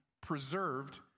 preserved